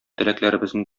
теләкләребезне